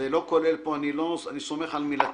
זה לא כולל פה אני סומך על מילתך.